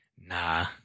Nah